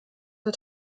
für